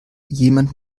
jemand